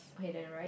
okay then right